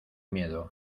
miedo